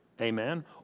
Amen